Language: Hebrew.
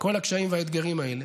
כל הקשיים והאתגרים האלה.